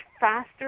faster